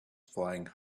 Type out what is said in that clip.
flying